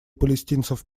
палестинцев